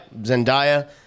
Zendaya